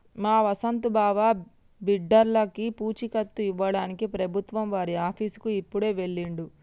మా వసంత్ బావ బిడ్డర్లకి పూచీకత్తు ఇవ్వడానికి ప్రభుత్వం వారి ఆఫీసుకి ఇప్పుడే వెళ్ళిండు